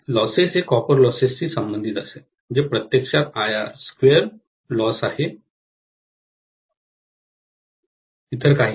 losses हे copper लॉसेसशी संबंधित असेल जे प्रत्यक्षात I R2 लॉस आहे इतर काहीही नाही